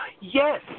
Yes